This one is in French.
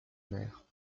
mère